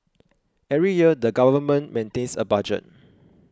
every year the government maintains a budget